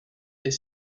est